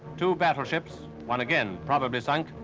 two battleships, one again probably sunk,